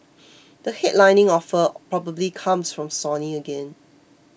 the headlining offer probably comes from Sony again